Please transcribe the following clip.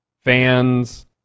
fans